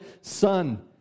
Son